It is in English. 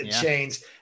chains